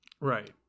Right